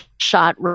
shot